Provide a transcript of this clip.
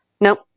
Nope